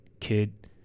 kid